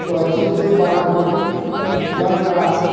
पश्चिमसँ Bagmati Ganga